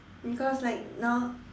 because like now